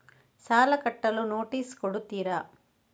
ಸಾಲ ಕಟ್ಟಲು ನೋಟಿಸ್ ಕೊಡುತ್ತೀರ?